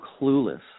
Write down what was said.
clueless